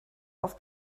auf